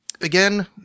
again